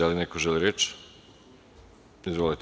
Da li neko želi reč? (Da.